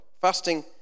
Fasting